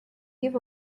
give